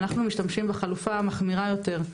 אנחנו משתמשים בחלופה המחמירה יותר,